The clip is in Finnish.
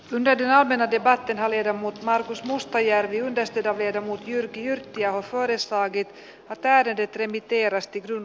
tunne ja menettivät kenraali remu markus mustajärvi menestytä vetävä jyrki yrttiaho puolestaan vie päälehdet revitteerasti kun